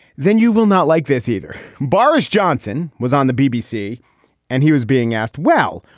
then you will not like this either. boris johnson was on the bbc and he was being asked, well,